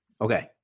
Okay